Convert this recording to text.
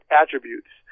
attributes